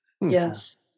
Yes